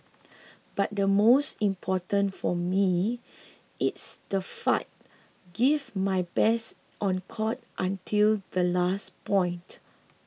but the most important for me it's to fight give my best on court until the last point